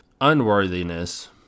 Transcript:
unworthiness